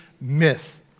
myth